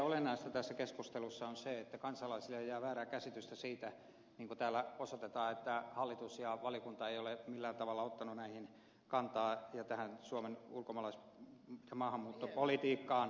olennaista tässä keskustelussa on se että kansalaisille ei jää väärää käsitystä siitä että niin kuin täällä osoitetaan hallitus ja valiokunta eivät ole millään tavalla ottaneet näihin kantaa ja tähän suomen ulkomaalais ja maahanmuuttopolitiikkaan